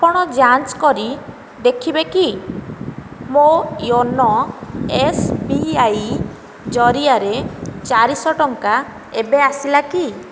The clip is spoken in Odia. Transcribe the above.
ଆପଣ ଯାଞ୍ଚ୍ କରି ଦେଖିବେ କି ମୋ ୟୋନୋ ଏସ୍ ବି ଆଇ ଜରିଆରେ ଚାରିଶହ ଟଙ୍କା ଏବେ ଆସିଲା କି